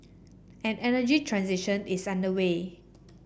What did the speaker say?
an energy transition is underway